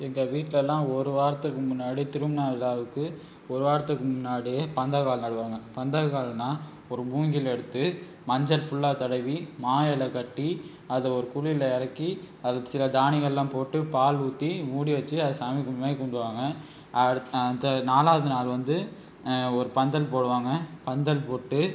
எங்கள் வீட்லலாம் ஒரு வாரத்துக்கு முன்னாடி திருமண விழாவுக்கு ஒரு வாரத்துக்கு முன்னாடியே பந்தக்கால் நடுவாங்க பந்தக்கால்னால் ஒரு மூங்கிலை எடுத்து மஞ்சள் ஃபுல்லாக தடவி மா இல கட்டி அதை ஒரு குழியில் இறக்கி அதுக்கு சில தானியங்கள்லாம் போட்டு பால் ஊற்றி மூடி வச்சு அதை சாமி கும்புடுற மாதிரி கும்புடுவாங்க அடுத் த நாலாவது நாள் வந்து ஒரு பந்தல் போடுவாங்க பந்தல் போட்டு